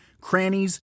crannies